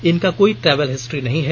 इनका कोई travel history नहीं है